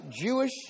Jewish